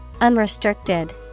Unrestricted